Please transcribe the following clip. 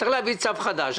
צריך להביא צו חדש.